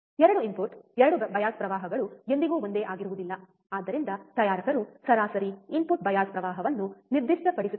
2 input 2 bias ಪ್ರವಾಹಗಳು ಎಂದಿಗೂ ಒಂದೇ ಆಗಿರುವುದಿಲ್ಲ ಆದ್ದರಿಂದ ತಯಾರಕರು ಸರಾಸರಿ ಇನ್ಪುಟ್ ಬಯಾಸ್ ಪ್ರವಾಹವನ್ನು ನಿರ್ದಿಷ್ಟಪಡಿಸುತ್ತಾರೆ